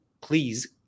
please